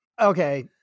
Okay